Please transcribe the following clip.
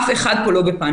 אף אחד פה לא בפאניקה.